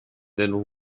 then